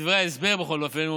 בדברי ההסבר בכל אופן,